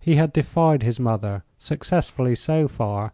he had defied his mother, successfully, so far